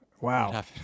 Wow